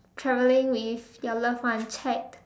traveling with your loved one checked